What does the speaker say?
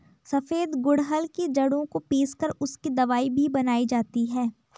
सफेद गुड़हल की जड़ों को पीस कर उसकी दवाई भी बनाई जाती है